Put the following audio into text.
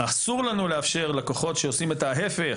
אסור לנו לאפשר לכוחות שעושים את ההיפך,